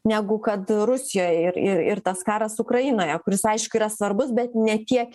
negu kad rusijoj ir ir ir tas karas ukrainoje kuris aišku yra svarbus bet ne tiek